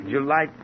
July